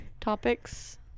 topics